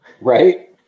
Right